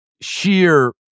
sheer